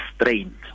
strain